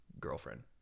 girlfriend